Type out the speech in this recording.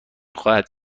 خواهد